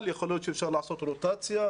יכול להיות שאפשר לעשות רוטציה,